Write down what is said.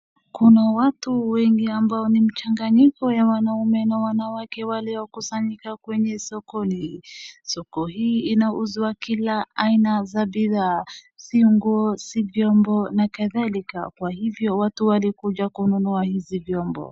Kuna watu wengi ambao ni mchanganyiko ya wanaume na wanawake waliokusanyika kwenye sokoni. Soko hii inauzwa kila aina za bidhaa si nguo, si vyombo na kadhalika kwa hivyo watu walikuja kununua hizi vyombo.